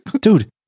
Dude